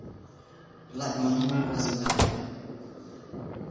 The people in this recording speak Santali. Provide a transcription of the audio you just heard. ᱞᱟᱡ ᱵᱚᱱ ᱟᱹᱥᱩᱞ ᱫᱟᱲᱮᱭᱟᱜᱼᱟ